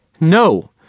No